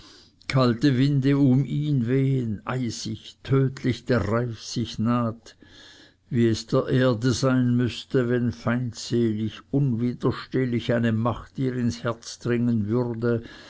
kalte winde um ihn wehen eisig tödlich der reif sich naht wie es der erde sein müßte wenn feindselig unwiderstehlich eine macht ihr ins herz dringen würde